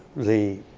the